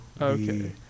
Okay